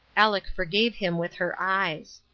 aleck forgave him with her eyes.